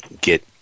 get –